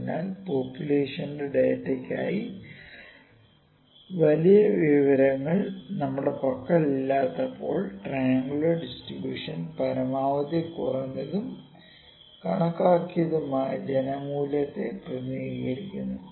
അതിനാൽ പോപുലേഷന്റെ ഡാറ്റയ്ക്കായി വലിയ വിവരങ്ങൾ നമ്മുടെ പക്കലില്ലാത്തപ്പോൾ ട്രയൻങ്കുലർ ഡിസ്ട്രിബൂഷൻ പരമാവധി കുറഞ്ഞതും കണക്കാക്കിയതുമായ കേന്ദ്ര മൂല്യത്തെ പ്രതിനിധീകരിക്കുന്നു